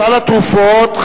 סל התרופות,